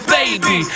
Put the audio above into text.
Baby